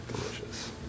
Delicious